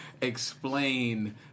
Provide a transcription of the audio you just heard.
explain